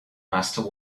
master